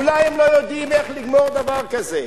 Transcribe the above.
אולי הם לא יודעים איך לגמור דבר כזה,